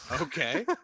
Okay